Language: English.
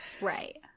Right